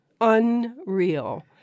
unreal